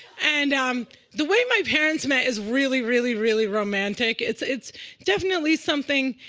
and um the way my parents met is really, really, really romantic. it's it's definitely something